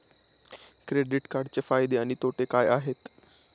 Credit कार्डचे फायदे आणि तोटे काय आहेत?